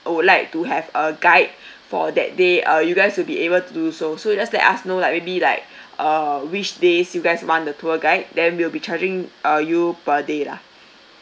would like to have a guide for that day uh you guys will be able to do so so you just let us know like maybe like uh which days you guys want the tour guide then we'll be charging uh you per day lah